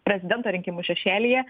prezidento rinkimų šešėlyje